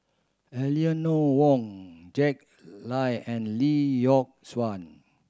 Eleanor Wong Jack Lai and Lee Yock Suan